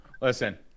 listen